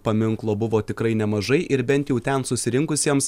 paminklo buvo tikrai nemažai ir bent jau ten susirinkusiems